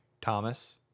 Thomas